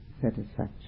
satisfaction